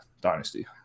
Dynasty